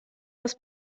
das